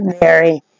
Mary